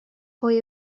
pwy